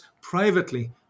privately